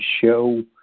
show